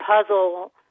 puzzle